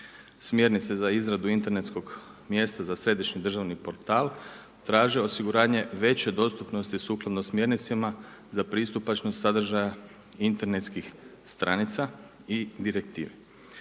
Smjernice za izradu internetskog mjesta za središnji državni portal traži osiguranje veće dostupnosti sukladno smjernicama za pristupačnost sadržaja internetskih stranica i direktive.